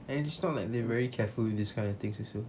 and it's not like they very careful with this kind of things also